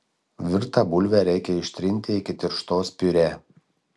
virtą bulvę reikia ištrinti iki tirštos piurė